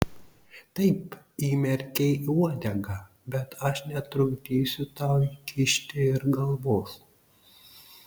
taip įmerkei uodegą bet aš netrukdysiu tau įkišti ir galvos